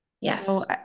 Yes